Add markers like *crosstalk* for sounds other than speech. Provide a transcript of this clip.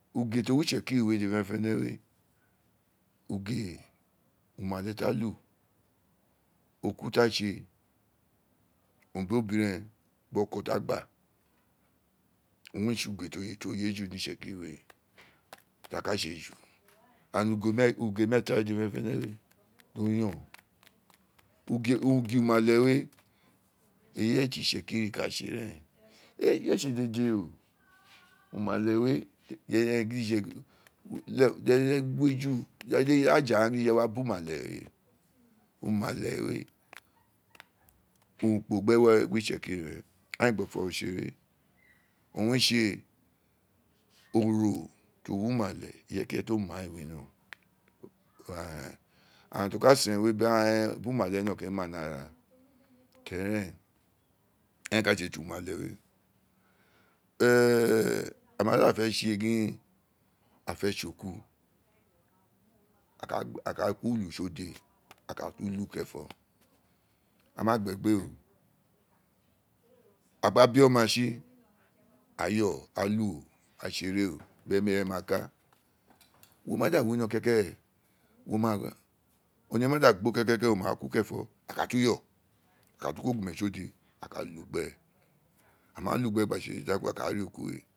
Uge ti o wi itse kiri we dede fene fene we uge umale owun re ka lu urun kurun ti a tse owun bi obiren biri oko ti aa gba *noise* owun re tsi uge ti o ye ju ni itse kiri we *noise* ti a ka tse ju *noise* *hesitation* uge meeta we dede fene fene we *noise* oyon uge uge umale we eyi tsi utse ti itsekiri ka tse reen ee tsi dede oo umale we, ireyo ghaan gidi je umate *hesitation* ireye bu a ju a yi i aja ghaan gidi ye we bu umate *noise* umate we urun kporo gbi ewe ro reen gbi itsekiri aghaan ee gbi ofo ro tse ere owun re tse owo woti o wi umate ireye ki ireye ti o ma ee winoron aghaan ti o ka sen bi aghaan bi umate we owun re ma ni ara keren eren ka tse ti umate we ee a ma da fe tse gin a fe tse oku *noise* oka gba ulu ko tsi ode a ka tu lu keren lo *noise* aa ma yo aa lu *noise* aa tse ere oo ni emi re ma ka *noise* wo ma da wino ke ke owe ma da gbo kekeke o nu gbo kerenfo a ka tu yo a ka tu ko ogume tsi o de a ka lu gbe a ma lu gbe gba tse dede tan kuro a ka ri oku we.